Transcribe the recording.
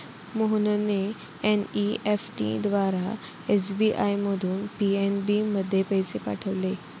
मोहनने एन.ई.एफ.टी द्वारा एस.बी.आय मधून पी.एन.बी मध्ये पैसे पाठवले